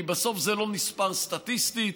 כי בסוף זה לא נספר סטטיסטית.